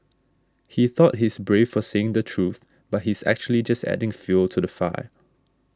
he thought he's brave for saying the truth but he's actually just adding fuel to the fire